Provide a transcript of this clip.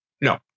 No